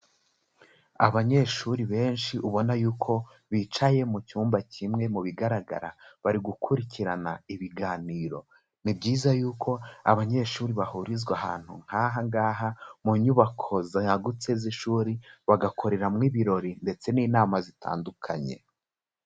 Abanyeshuri benshi ubona yuko bicaye mu cyumba kimwe, mu bigaragara bari gukurikirana ibiganiro, ni byiza yuko abanyeshuri bahurizwa ahantu nk'aha ngaha mu nyubako zagutse z'ishuri, bagakoreramo ibirori ndetse n'inama zitandukanye.